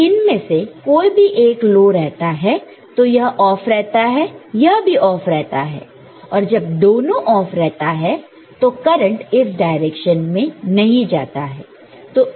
जब इनमें से कोई भी एक लो रहता है तो यह ऑफ रहता है यह भी ऑफ रहता है और जब दोनों ऑफ रहता है तो करंट इस डायरेक्शन में नहीं जाता है